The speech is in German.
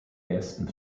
ersten